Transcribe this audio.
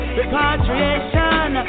repatriation